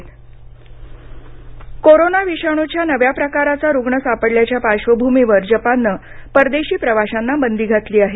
Japan प्रवासी बंदी corona विषाणूच्या नव्या प्रकाराचा रुग्ण सापडल्याच्या पार्श्वभूमीवर जपाननं परदेशी प्रवाशांना बंदी घातली आहे